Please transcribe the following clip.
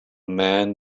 man